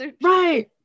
right